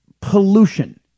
pollution